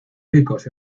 picos